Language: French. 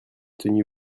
tenu